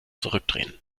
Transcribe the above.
zurückdrehen